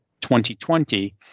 2020